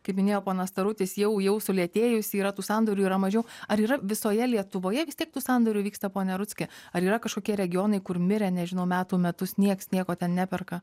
kaip minėjo ponas tarutis jau jau sulėtėjus yra tų sandorių yra mažiau ar yra visoje lietuvoje vis tiek tų sandorių vyksta pone rudzki ar yra kažkokie regionai kur mirė nežinau metų metus nieks nieko ten neperka